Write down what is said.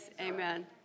Amen